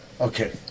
Okay